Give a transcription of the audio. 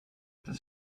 das